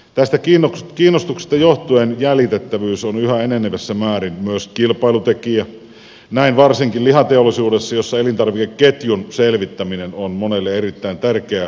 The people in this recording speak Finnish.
tästä kiinnostuksesta johtuen jäljitettävyys on yhä enenevässä määrin myös kilpailutekijä näin varsinkin lihateollisuudessa jossa elintarvikeketjun selvittäminen on monelle erittäin tärkeää